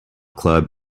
club